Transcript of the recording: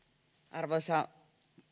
arvoisa